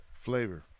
Flavor